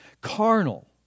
Carnal